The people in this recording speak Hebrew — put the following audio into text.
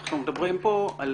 אנחנו מדברים כאן על